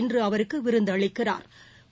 இன்று அவருக்கு விருந்து அளிக்கிறாா்